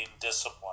Discipline